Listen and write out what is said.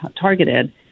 targeted